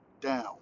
down